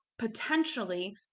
Potentially